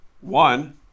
one